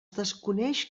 desconeix